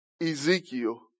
Ezekiel